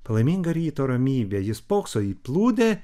palaiminga ryto ramybė jis spokso į plūdę